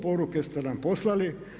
Poruke ste nam poslali.